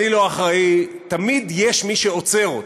אני לא אחראי, תמיד יש מי שעוצר אותי.